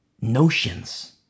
notions